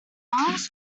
oes